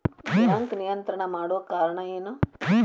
Bank ನಿಯಂತ್ರಣ ಮಾಡೊ ಕಾರ್ಣಾ ಎನು?